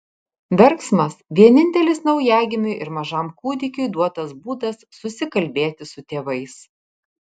verksmas vienintelis naujagimiui ir mažam kūdikiui duotas būdas susikalbėti su tėvais